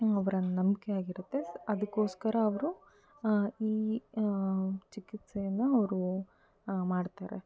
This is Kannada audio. ಅವರ ನಂಬಿಕೆ ಆಗಿರುತ್ತೆ ಅದಕ್ಕೋಸ್ಕರ ಅವರು ಈ ಚಿಕಿತ್ಸೆಯನ್ನು ಅವರು ಮಾಡ್ತಾರೆ